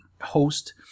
host